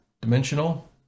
Dimensional